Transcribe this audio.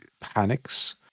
panics